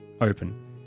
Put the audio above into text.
open